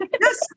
Yes